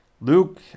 Luke